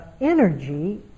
energy